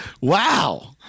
wow